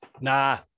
Nah